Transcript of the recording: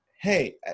Hey